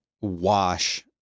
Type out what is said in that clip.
wash